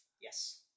Yes